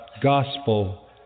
gospel